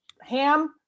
Ham